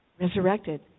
resurrected